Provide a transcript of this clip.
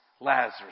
Lazarus